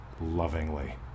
lovingly